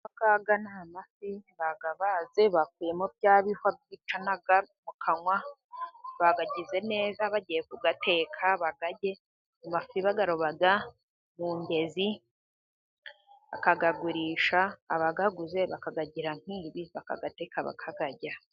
Aya ngaya ni amafi, bayabaze ,bakuyemo bya bihwa byicana mu kanwa ,bayagize neza ,bagiye kuyateka bayarye. Amafi bayaroba mu ngezi bakayagurisha abayaguze, bakayagira nk'iri bakayateka bakayarya.